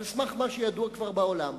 על סמך מה שידוע כבר בעולם,